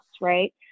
right